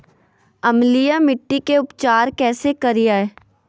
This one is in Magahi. अम्लीय मिट्टी के उपचार कैसे करियाय?